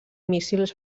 míssils